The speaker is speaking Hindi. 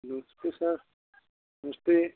नमस्ते सर नमस्ते